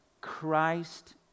Christ